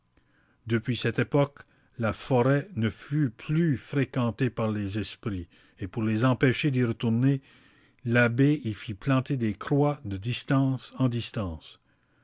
depuis cette époque la forêt ne fut plus fréquentée par les esprits et pour les empêcher d'y retourner l'abbé y fit planter des croix de distance en distance